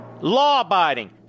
Law-abiding